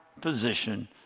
position